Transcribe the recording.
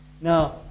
Now